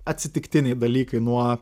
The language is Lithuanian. atsitiktiniai dalykai nuo